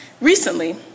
Recently